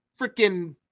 freaking